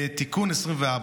(תיקון מס' 24),